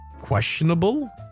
questionable